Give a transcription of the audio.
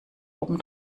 oben